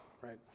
right